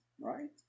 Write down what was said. right